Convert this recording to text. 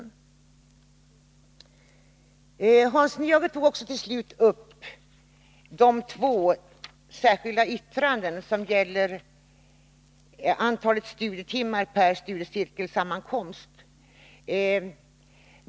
g Hans Nyhage tog upp de två särskilda yttrandena angående högsta antal studietimmar per studiecirkelsammankomst.